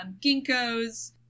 ginkgos